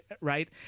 right